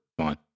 fine